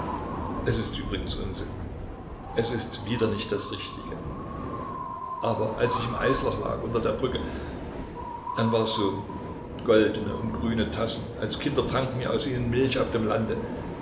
es ist übrigens unsinn es ist wieder nicht das richtige aber als ich im eisloch lag unter der brücke dann war es so goldene und grüne tassen als kinder tranken wir aus ihnen milch auf dem lande